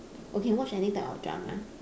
oh you can watch any type of drama